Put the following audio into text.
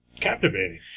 captivating